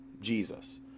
Jesus